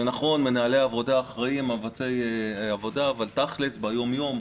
נכון, מנהלי העבודה אחראים, אבל תכלס ביום-יום,